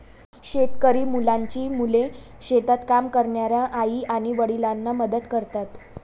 शेतकरी मुलांची मुले शेतात काम करणाऱ्या आई आणि वडिलांना मदत करतात